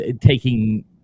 taking